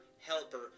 helper